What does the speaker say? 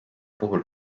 puhul